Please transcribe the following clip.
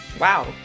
wow